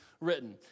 written